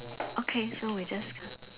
okay so we just